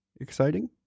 exciting